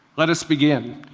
let us begin.